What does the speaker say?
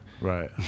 Right